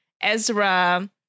Ezra